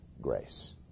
grace